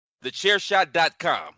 TheChairShot.com